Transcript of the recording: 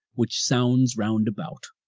which sounds roundabout.